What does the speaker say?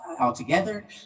altogether